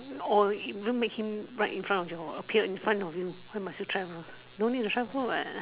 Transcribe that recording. or even make him right in front of your appear in front of you why must you travel no need to travel what